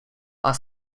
are